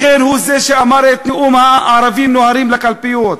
לכן הוא זה שאמר את נאום "הערבים נוהרים לקלפיות".